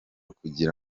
kugira